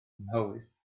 mhowys